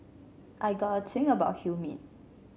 I got a thing about humid